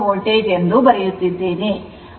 5 ಎಂದು ಹೇಳಿದೆ